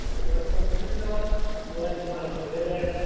उसके बाद कम्पलेन के बाद मोबाइल तुम्हारा खोजा जाएगा